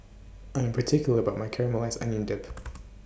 I Am particular about My Caramelized Maui Onion Dip